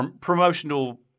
promotional